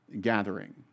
gathering